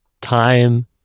time